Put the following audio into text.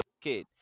kid